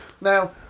Now